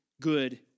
good